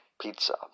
Pizza